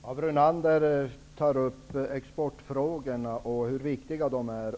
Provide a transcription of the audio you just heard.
Fru talman! Brunander tar upp exportfrågorna och hur viktiga de är.